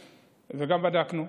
ובדקנו,